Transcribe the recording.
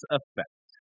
Effect